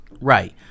Right